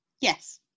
Yes